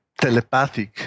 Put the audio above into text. telepathic